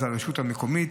הרשות המקומית,